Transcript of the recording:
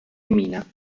mina